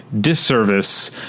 disservice